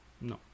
No